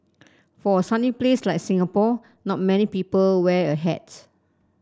for a sunny place like Singapore not many people wear a hat